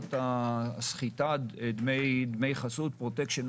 בתופעות הסחיטה, דמי חסות, פרוטקשן.